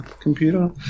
computer